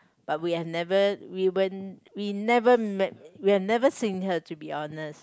but we have never we weren't we never met we have never seen her to be honest